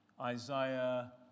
Isaiah